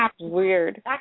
weird